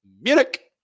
Munich